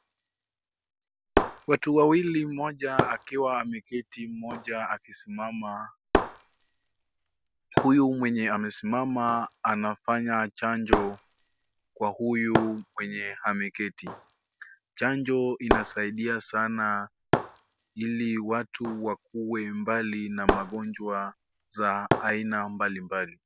Watu wawili, mmoja kiwa ameketi mmoja akisimama. Huyu mwenye amesimama anafanya chanjo kwa huyu mwenye ameketi. Chanjo inasiadia sana ili watu wakuwe mbali na magonjwa za aina mbalimbali.